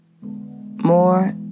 more